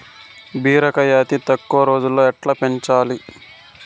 బీరకాయ అతి తక్కువ రోజుల్లో ఎట్లా పెంచాలి?